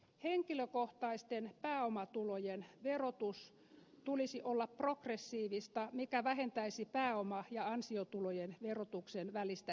henkilökohtaisten pääomatulojen verotuksen tulisi olla progressiivista mikä vähentäisi pääoma ja ansiotulojen verotuksen välistä epäsuhtaa